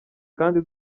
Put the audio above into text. kandi